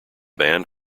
band